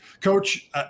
Coach